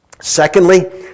Secondly